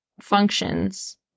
functions